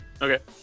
Okay